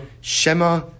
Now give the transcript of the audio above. Shema